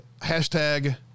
hashtag